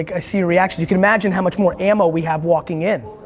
like i see your reactions, you can imagine how much more ammo we have walking in.